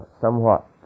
somewhat